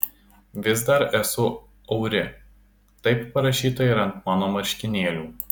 vis dar esu auri taip parašyta ir ant mano marškinėlių